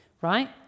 Right